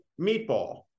Meatball